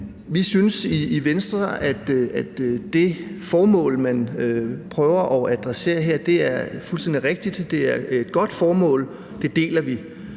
Vi synes i Venstre, at det formål, man prøver at adressere her, er fuldstændig rigtigt. Det er et godt formål, og det deler vi.